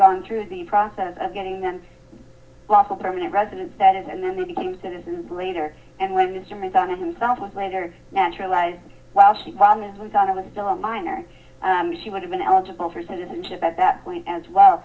gone through the process of getting them lawful permanent resident status and then they became citizens later and with mr madonna himself was later naturalized while she vomits we thought it was still a minor she would have been eligible for citizenship at that point as well